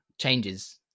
changes